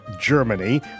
Germany